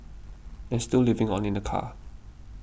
and still living on in the car